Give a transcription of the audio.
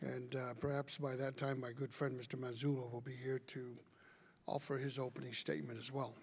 and perhaps by that time my good friend mr meadows will be here to offer his opening statement as well